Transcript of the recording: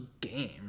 game